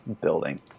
building